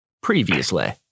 previously